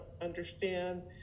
understand